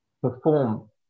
perform